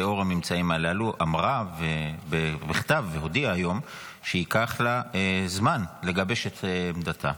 לנוכח הממצאים הללו הודיעה בכתב היום שייקח לה זמן לגבש את עמדתה,